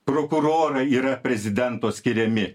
prokurorai yra prezidento skiriami